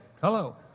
Hello